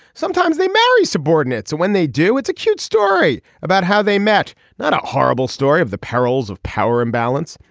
sometimes they marry subordinates and when they do it's a cute story about how they met not a horrible story of the perils of power imbalance.